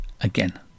again